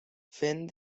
fent